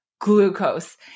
glucose